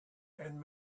and